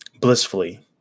blissfully